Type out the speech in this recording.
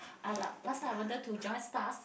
ah lah last time I wanted to join stars